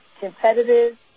competitive